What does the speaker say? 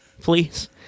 Please